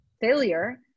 failure